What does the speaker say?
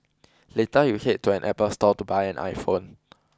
later you head to an Apple store to buy an iPhone